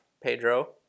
Pedro